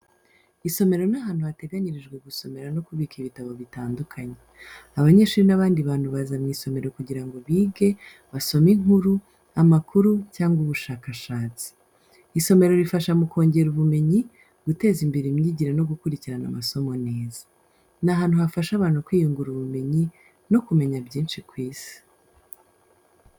Isomero ni ahantu hateganyirijwe gusomera no kubika ibitabo bitandukanye. Abanyeshuri n’abandi bantu baza mu isomero kugira ngo bige, basome inkuru, amakuru cyangwa ubushakashatsi. Isomero rifasha mu kongera ubumenyi, guteza imbere imyigire no gukurikirana amasomo neza. Ni ahantu hafasha abantu kwiyungura ubumenyi no kumenya byinshi ku isi.